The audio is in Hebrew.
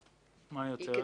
למה?